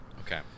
Okay